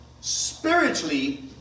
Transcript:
spiritually